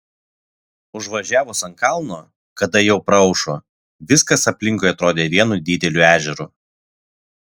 užvažiavus ant kalno kada jau praaušo viskas aplinkui atrodė vienu dideliu ežeru